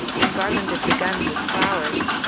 and garlanded the guns with flowers.